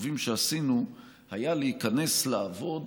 החשובים שעשינו היה להיכנס לעבוד